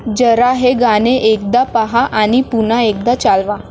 जरा हे गाणे एकदा पहा आणि पुन्हा एकदा चालवा